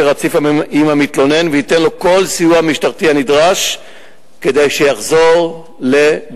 רציף עם המתלונן וייתן לו כל סיוע נדרש כדי שיחזור לביתו.